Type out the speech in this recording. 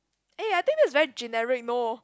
eh I think that is very generic know